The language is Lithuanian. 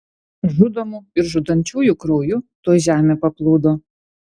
žudomų ir žudančiųjų krauju tuoj žemė paplūdo